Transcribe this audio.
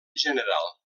general